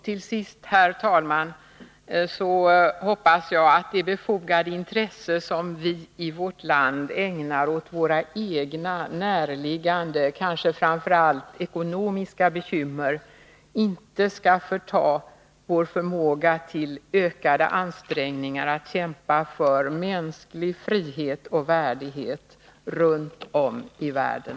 Till sist, herr talman, hoppas jag att det befogade intresse som vi i vårt land ägnar åt våra egna, närliggande, kanske framför allt ekonomiska bekymmer inte skall förta oss vår förmåga till ökade ansträngningar att kämpa för mänsklig frihet och värdighet runt om i världen.